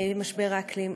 למשבר האקלים.